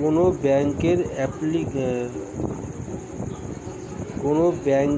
কোনো ব্যাঙ্কের অনলাইন